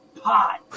pot